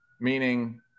meaning